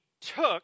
took